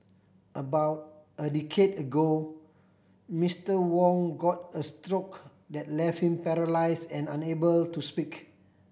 about a decade ago Mister Wong got a stroke that left him paralyse and unable to speak